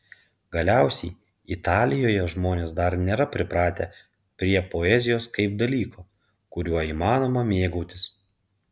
galiausiai italijoje žmonės dar nėra pripratę prie poezijos kaip dalyko kuriuo įmanoma mėgautis